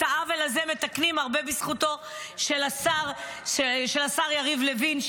את העוולה הזה מתקנים הרבה בזכותו של השר יריב לוין,